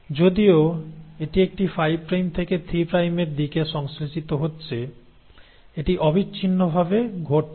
যদিও এটি একটি 5 প্রাইম থেকে 3 প্রাইমের দিকে সংশ্লেষিত হচ্ছে এটি অবিচ্ছিন্নভাবে ঘটছে না